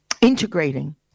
Integrating